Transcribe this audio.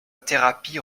thérapie